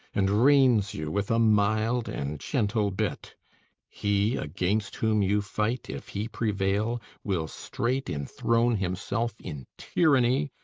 and reins you with a mild and gentle bit he against whom you fight, if he prevail, will straight inthrone himself in tyranny,